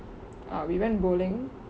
err we went bowling